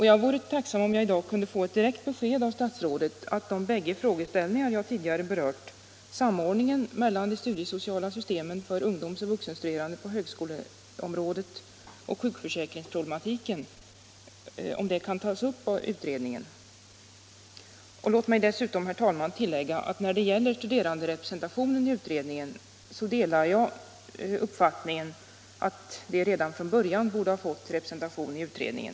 Jag vore tacksam om jag i dag kunde få ett direkt besked av statsrådet om de båda frågeställningar jag tidigare berört, samordningen mellan de studiesociala systemen för ungdomsoch vuxenstuderande på högskoleområdet och sjukförsäkringsproblematiken, kan tas upp av utredningen. Låt mig dessutom, herr talman, tillägga att när det gäller studeranderepresentationen i utredningen så delar jag uppfattningen att de studerande redan från början borde ha fått representation i utredningen.